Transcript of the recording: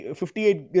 58